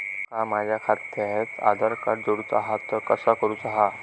माका माझा खात्याक आधार कार्ड जोडूचा हा ता कसा करुचा हा?